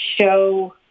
show